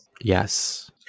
Yes